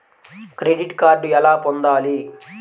Credit card ఎలా పొందాలి?